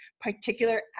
particular